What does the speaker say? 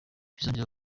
bizongera